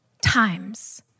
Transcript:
times